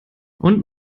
und